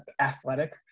athletic